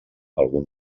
algun